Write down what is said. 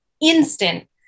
instant